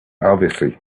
obviously